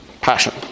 Passion